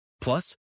Plus